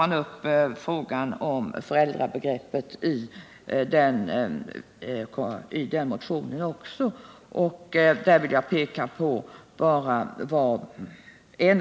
Dessutom tar vpk i sin motion upp frågan om föräldrabegreppet.